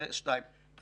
זה מאוד לא מדויק.